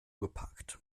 geparkt